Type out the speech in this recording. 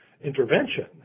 intervention